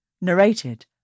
Narrated